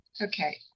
Okay